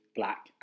black